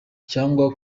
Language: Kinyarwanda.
cyangwa